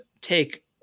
take